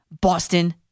Boston